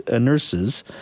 nurses